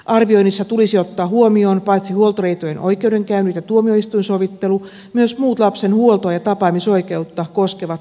arvioinnissa tulisi ottaa huomioon paitsi huoltoriitojen oikeudenkäynnit ja tuomioistuinsovittelu myös muut lapsen huoltoa ja tapaamisoikeutta koskevat viranomaismenettelyt